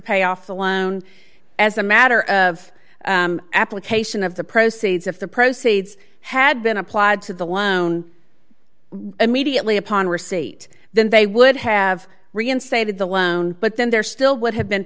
pay off the loan as a matter of application of the proceeds if the proceeds had been applied to the loan immediately upon receipt then they would have reinstated the loan but then there still would have been